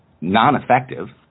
non-effective